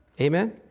Amen